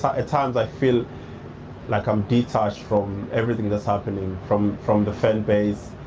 at times i feel like i'm detached from everything that's happening, from from the fan base.